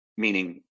meaning